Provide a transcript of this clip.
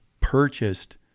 purchased